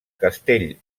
castell